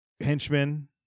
henchmen